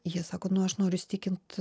jie sako nu aš noriu įsitikint